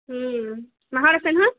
মাহঁত আছে নহয়